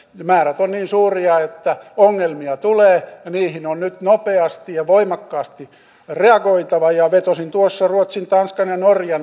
määrä on niin suuria että ongelmia tulee niihin on nyt nopeasti ja voimakkaasti reagoitava ja vetosin tuossa ruotsin tanskan ja norjan